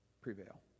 prevail